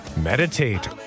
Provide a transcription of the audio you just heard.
Meditate